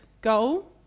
goal